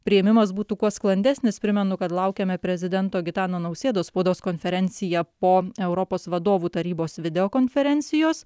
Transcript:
priėmimas būtų kuo sklandesnis primenu kad laukiame prezidento gitano nausėdos spaudos konferencija po europos vadovų tarybos video konferencijos